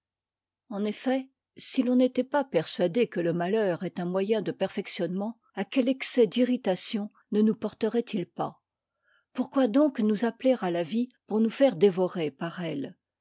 en effet si l'on n'était pas persuadé que le malheur est un moyen de perfectionnement à que excès d'irritation ne nous porterait-il pas pourquoi donc nous appeler à la vie pour nous faire dévorer par elle